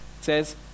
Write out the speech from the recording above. says